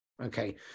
Okay